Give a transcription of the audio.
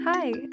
Hi